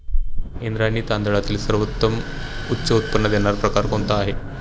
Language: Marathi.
इंद्रायणी तांदळातील सर्वोत्तम उच्च उत्पन्न देणारा प्रकार कोणता आहे?